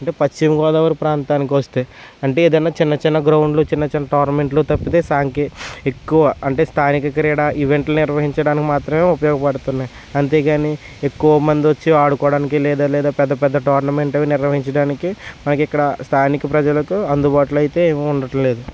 అంటే పశ్చిమ గోదావరి ప్రాంతానికి వస్తే అంటే ఏదయినా చిన్న చిన్న గ్రౌండ్లు చిన్న చిన్న టోర్నమెంట్లు తప్పితే సాంకే ఎక్కువ అంటే స్థానిక క్రీడ ఈవెంట్లు నిర్వహించడానికి మాత్రమే ఉపయోగపడుతున్నాయి అంతే కానీ ఎక్కువ మంది వచ్చి ఆడుకోవడానికి లేదా పెద్ద పెద్ద టోర్నమెంట్లు నిర్వహించడానికి మాకు ఇక్కడ స్థానిక ప్రజలకి అందుబాటులో అయితే ఏమీ ఉండట్లేదు